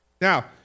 Now